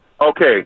Okay